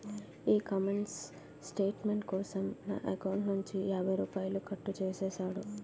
ఈ comment statement కోసం నా ఎకౌంటు నుంచి యాభై రూపాయలు కట్టు చేసేసాడు